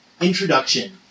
introduction